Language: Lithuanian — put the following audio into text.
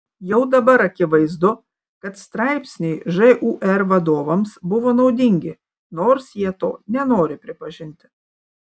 jau dabar akivaizdu kad straipsniai žūr vadovams buvo naudingi nors jie to nenori pripažinti